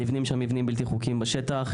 המבנים שם מבנים בלתי חוקיים בשטח,